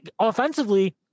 offensively